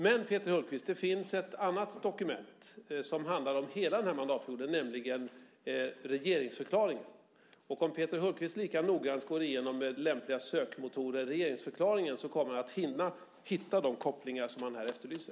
Men, Peter Hultqvist, det finns ett annat dokument som handlar om hela mandatperioden - nämligen regeringsförklaringen. Om Peter Hultqvist lika noggrant med lämpliga sökmotorer går igenom regeringsförklaringen kommer han att hitta de kopplingar som han här efterlyser.